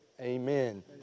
amen